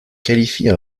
qualifie